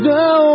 no